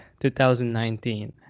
2019